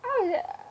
how is it